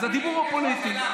אז הדיבור הוא פוליטי.